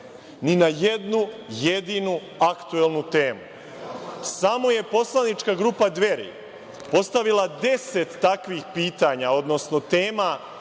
ni na jednu jedinu aktuelnu temu. Samo je Poslanička grupa Dveri postavila 10 takvih pitanja, odnosno tema